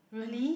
really